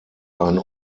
ein